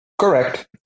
Correct